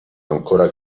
ancora